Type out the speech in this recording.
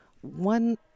one